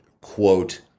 quote